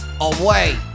away